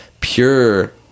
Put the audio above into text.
pure